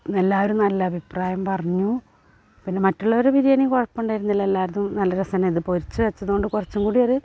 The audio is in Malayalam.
എല്ലാവരും നല്ല അഭിപ്രായം പറഞ്ഞു പിന്നെ മറ്റുള്ളവരുടെ ബിരിയാണിയും കുഴപ്പം ഉണ്ടായിരുന്നില്ല എല്ലാവരുടേതും നല്ല രസമുണ്ടായിരുന്നു പൊരിച്ച് വെച്ചതുകൊണ്ട് കുറച്ചുംകൂടി ഒരു